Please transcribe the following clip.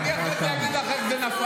אני אחרי זה אגיד לך איך זה נפל.